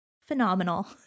phenomenal